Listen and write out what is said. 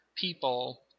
people